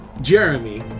jeremy